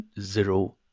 zero